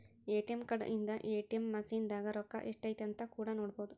ATM card ಇಂದ ATM machine ದಾಗ ರೊಕ್ಕ ಎಷ್ಟೈತೆ ಅಂತ ಕೂಡ ನೊಡ್ಬೊದು